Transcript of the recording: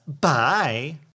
Bye